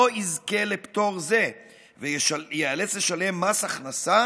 לא יזכה לפטור זה וייאלץ לשלם מס הכנסה